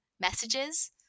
messages